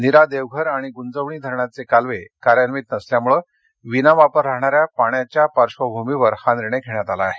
निरा देवघर आणि गंजवणी धरणाचे कालवे कार्यान्वित नसल्यामुळे विना वापर राहणाऱ्या पाण्याच्या पार्श्वभमीवर हा निर्णय घेण्यात आला आहे